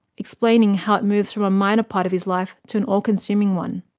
explaining how it moves from a minor part of his life to an all-consuming one.